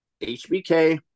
HBK